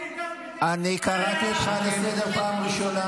אני קראתי אותך לסדר בפעם הראשונה.